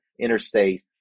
interstate